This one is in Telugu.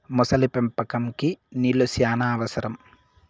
మొసలి పెంపకంకి నీళ్లు శ్యానా అవసరం